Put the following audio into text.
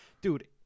dude